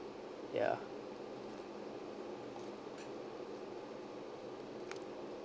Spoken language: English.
ya